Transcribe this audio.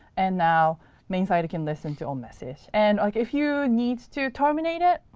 and now main side can listen to our message. and like if you need to terminate it,